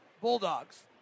Bulldogs